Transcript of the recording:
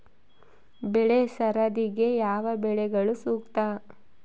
ಬೆಳೆ ಸರದಿಗೆ ಯಾವ ಬೆಳೆಗಳು ಸೂಕ್ತ?